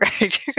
right